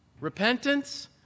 Repentance